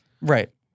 right